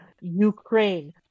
Ukraine